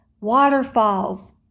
waterfalls